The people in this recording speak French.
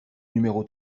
numéro